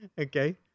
Okay